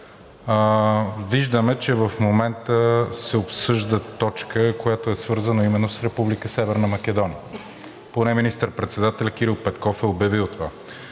Виждаме, че в момента се обсъжда точка, която е свързана именно с Република Северна Македония, поне министър-председателят Кирил Петков е обявил това.